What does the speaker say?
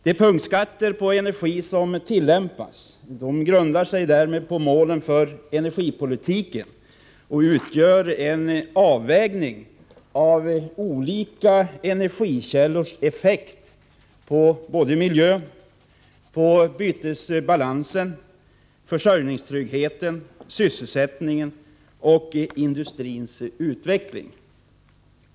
De punktskatter på energi som tillämpas grundar sig därmed på målen för energipolitiken och utgör en avvägning mellan olika energikällors effekt på miljön, bytesbalansen, försörjningstryggheten, sysselsättningen och industrins utveckling.